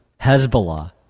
Hezbollah